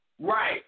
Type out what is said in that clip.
Right